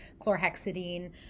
chlorhexidine